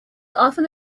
often